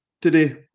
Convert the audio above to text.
today